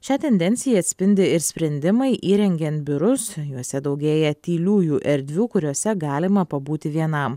šią tendenciją atspindi ir sprendimai įrengiant biurus juose daugėja tyliųjų erdvių kuriose galima pabūti vienam